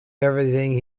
everything